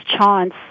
chance